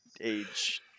age